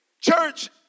church